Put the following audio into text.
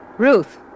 Ruth